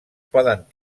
poden